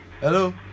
Hello